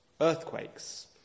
earthquakes